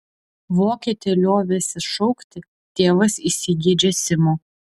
vokietę liovęsis šaukti tėvas įsigeidžia simo